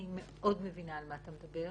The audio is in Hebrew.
אני מאוד מבינה על מה שאתה מדבר,